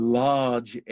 large